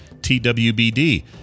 TWBD